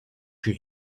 she